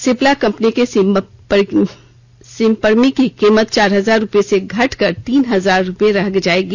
Cipla company के सिपर्मी की कीमत चार हजार रुपए से घटकर तीन हजार रुपए रह जाएगी